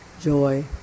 joy